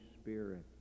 Spirit